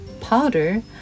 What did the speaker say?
powder